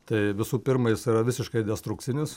tai visų pirma jis yra visiškai destrukcinis